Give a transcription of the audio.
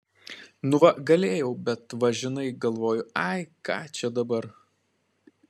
nu va galėjau bet va žinai galvoju ai ką čia dabar